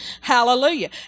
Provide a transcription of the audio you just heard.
hallelujah